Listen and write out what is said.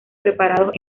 preparados